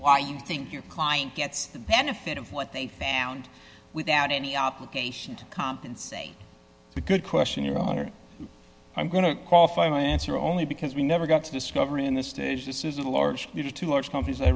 why you think your client gets the benefit of what they found without any obligation to compensate the good question your honor i'm going to qualify my answer only because we never got to discover in this stage this is a large you two large companies i